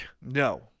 No